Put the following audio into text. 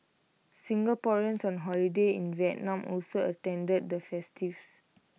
Singaporeans on holiday in Vietnam also attended the festivities